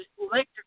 electric